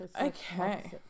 Okay